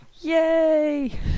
yay